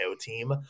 team